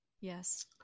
Yes